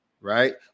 right